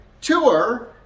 tour